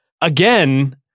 Again